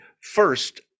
first